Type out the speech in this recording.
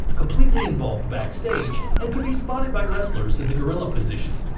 completely involved backstage, and could be spotted by wrestlers in the gorilla position.